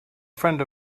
friend